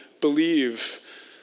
believe